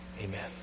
amen